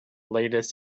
latest